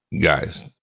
guys